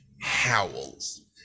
howls